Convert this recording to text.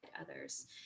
others